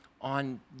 on